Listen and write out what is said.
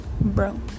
bro